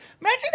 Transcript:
Imagine